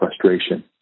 frustration